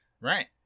right